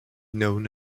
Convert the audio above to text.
known